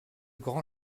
grand